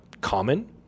common